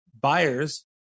buyers